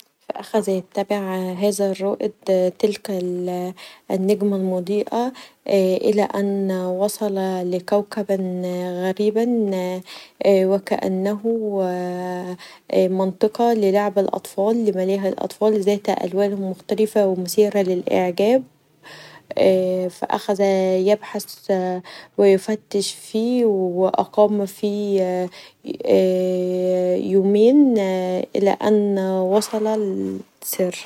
فأخذ يتبع تلك الرائد هذه النجمه المضيئه الي ان وصل الي كوكب غريب و كأنه منطقا للعب الاطفال لملاهي الاطفال ذات الوان مختلفه و مثيره للإعجاب فاخذ يبحث و يفتش فيه و أقام فيه يومين الي ان وصل للسر.